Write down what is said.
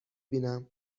بینم